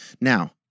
Now